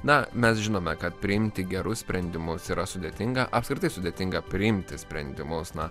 na mes žinome kad priimti gerus sprendimus yra sudėtinga apskritai sudėtinga priimti sprendimus na